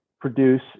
produce